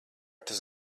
tas